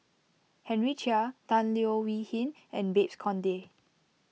Henry Chia Tan Leo Wee Hin and Babes Conde